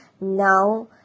Now